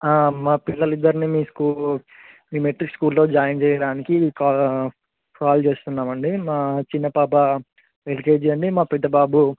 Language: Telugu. మా పిల్లలు ఇద్దరినీ మీ స్కూల్ మీ మెట్రిక్ స్కూల్లో జాయిన్ చేయడానికి కా కాల్ చేస్తున్నాము అండి మా చిన్న పాప ఎల్కేజీ అండి మా పెద్ద బాబు